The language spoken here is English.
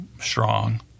strong